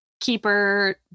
Keeper